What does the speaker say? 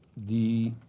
the